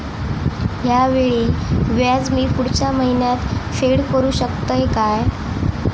हया वेळीचे व्याज मी पुढच्या महिन्यात फेड करू शकतय काय?